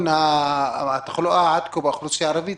על היקף התחלואה עד כה באוכלוסייה הערבית,